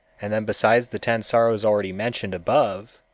and then besides the ten sorrows already mentioned above,